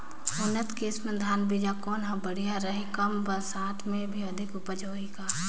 उन्नत किसम धान बीजा कौन हर बढ़िया रही? कम बरसात मे भी अधिक उपज होही का?